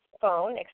phone